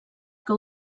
que